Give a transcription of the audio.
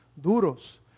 duros